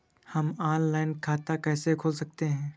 हम ऑनलाइन खाता कैसे खोल सकते हैं?